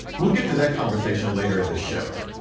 we'll get to that conversation later in the show.